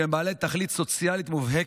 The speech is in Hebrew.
שהם בעלי תכלית סוציאלית מובהקת,